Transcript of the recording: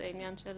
זה עניין של